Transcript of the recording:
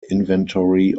inventory